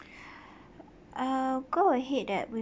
uh go ahead at with